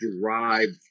derived